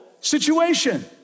situation